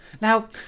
Now